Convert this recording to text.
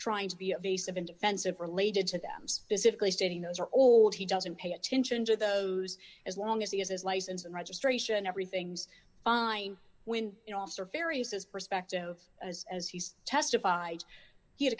trying to be a vase of in defensive related to them specifically stating those are old he doesn't pay attention to those as long as he has his license and registration everything's fine when you know officer various his perspective as as he's testified he had a